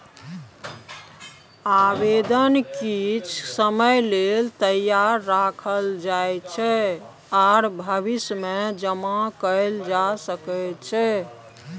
आबेदन किछ समय लेल तैयार राखल जाइ छै आर भविष्यमे जमा कएल जा सकै छै